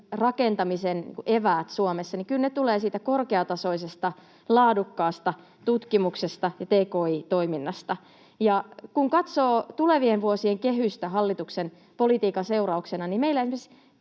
rakentamisen eväät Suomessa kyllä tulevat korkeatasoisesta, laadukkaasta tutkimuksesta ja tki-toiminnasta. Kun katsoo tulevien vuosien kehystä hallituksen politiikan seurauksena, niin meillä esimerkiksi